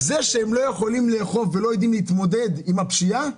זה שהם לא יכולים לאכוף ולא יודעים להתמודד עם הפשיעה,